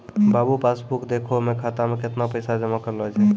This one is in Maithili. बाबू पास बुक देखहो तें खाता मे कैतना पैसा जमा करलो छै